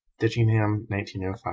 ditchingham, one